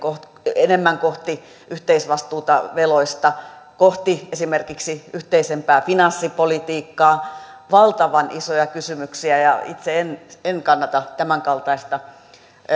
enemmän kohti yhteisvastuuta veloista esimerkiksi kohti yhteisempää finanssipolitiikkaa valtavan isoja kysymyksiä ja itse en kannata tämänkaltaista